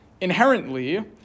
inherently